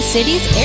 Cities